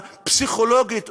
הפסיכולוגית,